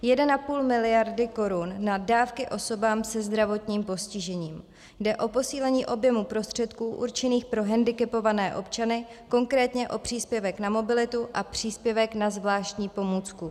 1,5 mld. korun na dávky osobám se zdravotním postižením jde o posílení objemu prostředků určených pro hendikepované občany, konkrétně o příspěvek na mobilitu a příspěvek na zvláštní pomůcku.